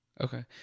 Okay